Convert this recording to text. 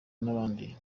n’abandi